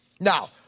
Now